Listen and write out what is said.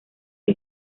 que